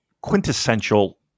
quintessential